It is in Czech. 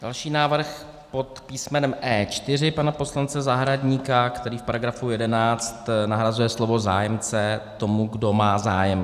Další návrh pod písmenem E4 pana poslance Zahradníka, který v § 11 nahrazuje slovo zájemce tomu, kdo má zájem.